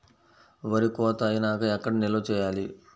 వరి కోత అయినాక ఎక్కడ నిల్వ చేయాలి?